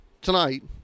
tonight